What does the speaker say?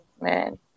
Man